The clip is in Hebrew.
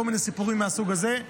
כל מיני סיפורים מהסוג הזה.